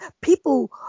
people